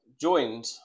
joined